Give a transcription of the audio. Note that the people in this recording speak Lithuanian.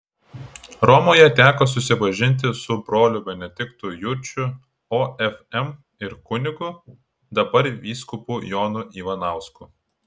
romoje teko susipažinti su broliu benediktu jurčiu ofm ir kunigu dabar vyskupu jonu ivanausku